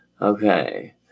Okay